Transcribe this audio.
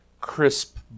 crisp